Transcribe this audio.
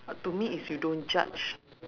to me is you don't judge